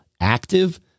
active